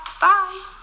Bye